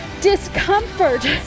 discomfort